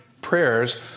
prayers